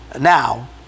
now